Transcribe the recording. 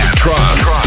trance